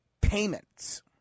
payments